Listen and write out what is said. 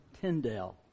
Tyndale